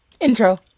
Intro